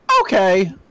Okay